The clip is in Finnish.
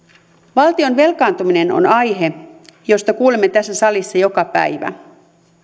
valtion velkaantuminen on aihe josta kuulemme tässä salissa joka päivä